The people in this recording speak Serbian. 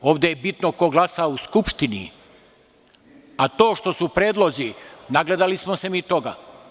Ovde je bitno ko glasa u Skupštini, a to što su predlozi, nagledali smo se mi toga.